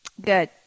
Good